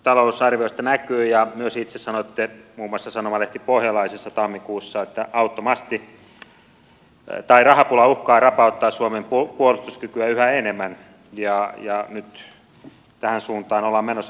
talousarviosta näkyy ja myös itse sanoitte muun muassa sanomalehti pohjalaisessa tammikuussa että rahapula uhkaa rapauttaa suomen puolustuskykyä yhä enemmän ja nyt tähän suuntaan ollaan menossa kun määrärahat pienenevät